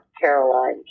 Caroline